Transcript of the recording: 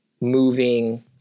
moving